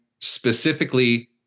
specifically